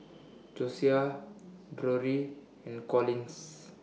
Josiah Drury and Collins